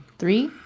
three,